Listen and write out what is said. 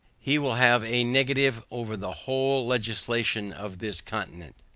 he will have a negative over the whole legislation of this continent.